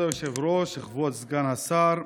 כבוד היושב-ראש, כבוד סגן השר,